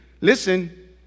listen